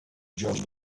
just